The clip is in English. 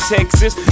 Texas